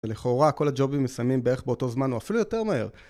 ולכאורה כל הג'ובים מסיימים בערך באותו זמן או אפילו יותר מהר.